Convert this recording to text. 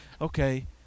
okay